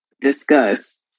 discuss